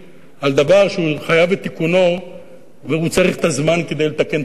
על דבר שחייב את תיקונו והוא צריך את הזמן כדי לתקן את עצמו.